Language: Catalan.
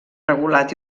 regulat